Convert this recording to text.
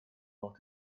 macht